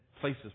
places